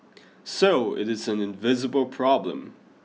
so it is an invisible problem